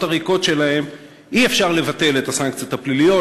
הריקות שלהם אי-אפשר לבטל את הסנקציות הפליליות,